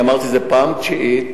אמרתי אותם בפעם התשיעית,